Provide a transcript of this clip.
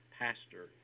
pastor